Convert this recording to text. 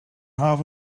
half